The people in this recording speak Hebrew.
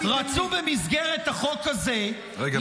רצו במסגרת החוק הזה --- אל תיתן לי --- רגע.